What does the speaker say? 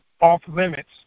off-limits